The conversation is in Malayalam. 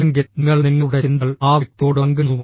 അല്ലെങ്കിൽ നിങ്ങൾ നിങ്ങളുടെ ചിന്തകൾ ആ വ്യക്തിയോട് പങ്കിടുന്നു